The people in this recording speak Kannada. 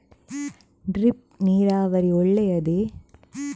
ಡ್ರಿಪ್ ನೀರಾವರಿ ಒಳ್ಳೆಯದೇ?